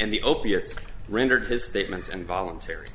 and the opiates rendered his statements and voluntary